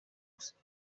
gusara